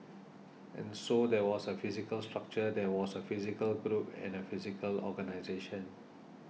and so there was a physical structure there was a physical group and a physical organisation